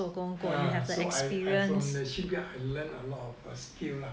ah I I from the shipyard I learn a lot of skill lah